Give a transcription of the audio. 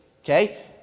Okay